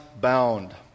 bound